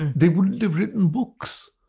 they wouldn't have written books,